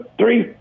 three